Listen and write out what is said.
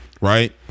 right